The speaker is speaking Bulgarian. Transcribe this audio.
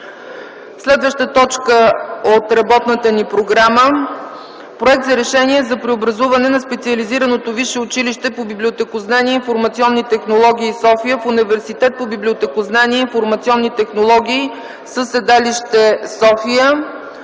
колеги! „ДОКЛАД относно Проект за решение за преобразуване на Специализираното висше училище по библиотекознание и информационни технологии – София, в Университет по библиотекознание и информационни технологии със седалище София,